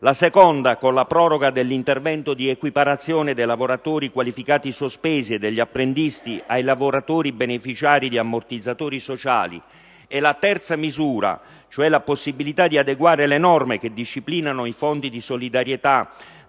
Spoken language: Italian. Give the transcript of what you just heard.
la seconda con la proroga dell'intervento di equiparazione dei lavoratori qualificati sospesi e degli apprendisti ai lavoratori beneficiari di ammortizzatori sociali; la terza con la possibilità di adeguare le norme che disciplinano i fondi di solidarietà